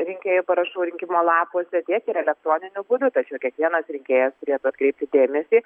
rinkėjų parašų rinkimo lapuose tiek ir elektroniniu būdu tačiau kiekvienas rinkėjas turėtų atkreipti dėmesį